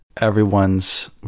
everyone's